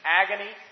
agony